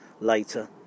later